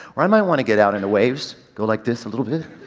or i might wanna get out in the waves, go like this a little bit,